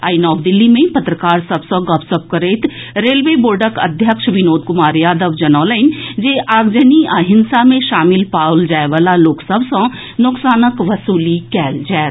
आई नव दिल्ली मे पत्रकार सभ सँ गपशप करैत रेलवे बोर्डक अध्यक्ष विनोद कुमार यादव जनौलनि जे आगजनी आ हिंसा मे शामिल पाओल जायवला लोक सभ सँ नोकसानक वसूली कयल जायत